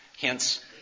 hence